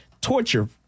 torture